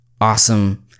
awesome